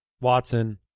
Watson